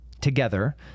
together